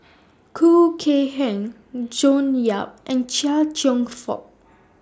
Khoo Kay Hian June Yap and Chia Cheong Fook